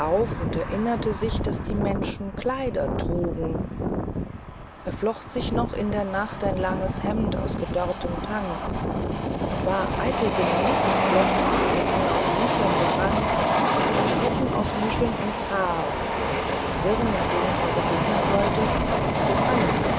und erinnerte sich daß die menschen kleider trugen und er flocht sich noch in der nacht ein langes hemd aus gedörrtem tang und er war eitel genug und flocht sich ketten aus muscheln daran und ketten aus muscheln ins haar weil er den dirnen denen er begegnen sollte zu gefallen